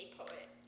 poet